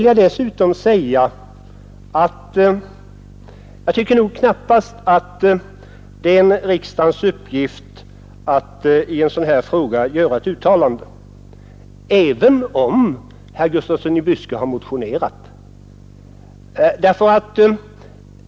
Jag tycker knappast att det är riksdagens uppgift att göra ett uttalande i en sådan här fråga, även om herr Gustafsson i Byske har motionerat.